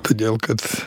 todėl kad